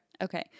Okay